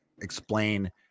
explain